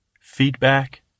Feedback